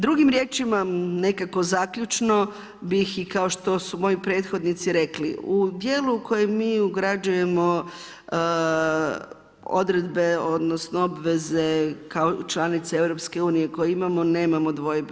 Drugim riječima, nekako zaključno bih i kao što su moji prethodnici rekli, u dijelu u kojem mi ugrađujemo odredbe odnosno obveze kao članica EU koje imamo nemamo dvojbe.